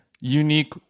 unique